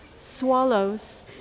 swallows